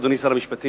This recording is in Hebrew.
אדוני שר המשפטים,